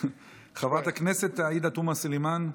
חברת הכנסת עאידה תומא סלימאן,